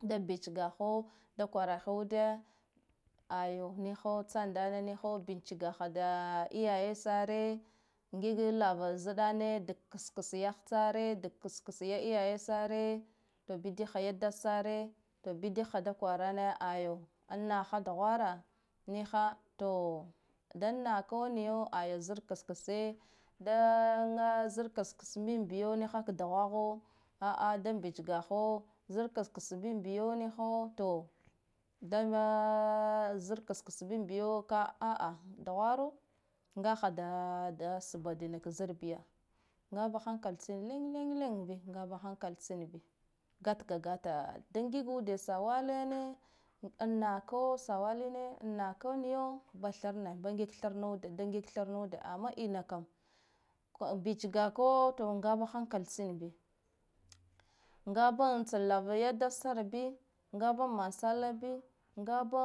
Da bichgaho da kwara hayude ayo niha tsandane niho bichigaho da iyaye sare ngig lava ziɗane daga ksks yah tare dag ksks ya lyaye sare, to da bidigha da kwarane ayo, an naha duhwara niha to dan nako niyo ayo zar kskse da zar ksks binbiyo niha ha duhwaho a'a da bich ga hho zar ksks bin biyo niho, to dama zar ksks bin biyo aa duhwaro ngaha da dina ka zar biya ngba hankala tsin leng leng leng biya ngaba hankal tsin bi, gatga gata da ngig ude sawa lane an nako sawalina an naka niyo ba tharne ba ngig da ngig tharna ude amma ina kam bich ga ko to ngaba hankal tsin bi, ngaba an tsan lava ya dad sar bi ngaba man sallah bi ngaba